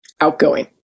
outgoing